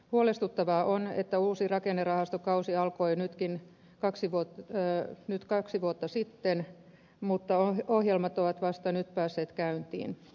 huolestuttavaa on että uusi rakennerahastokausi alkoi nytkin kaksi vuotta ja nyt kaksi vuotta sitten mutta ohjelmat ovat vasta nyt päässeet käyntiin